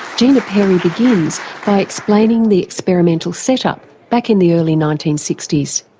gina perry begins by explaining the experimental set up back in the early nineteen sixty s.